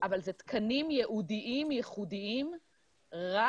אבל זה תקנים ייעודיים ייחודיים רק